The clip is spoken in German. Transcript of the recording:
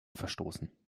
verstoßen